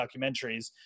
documentaries